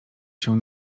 się